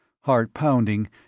Heart-pounding